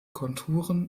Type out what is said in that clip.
konturen